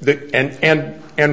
the end